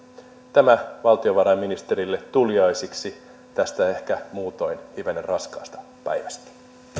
tämä valtiovarainministerille tuliaisiksi tästä ehkä muutoin hivenen raskaasta päivästä